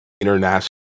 international